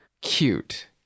cute